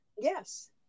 Yes